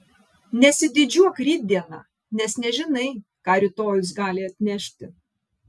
nesididžiuok rytdiena nes nežinai ką rytojus gali atnešti